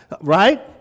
Right